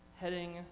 heading